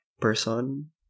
person